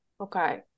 okay